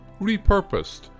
repurposed